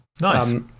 Nice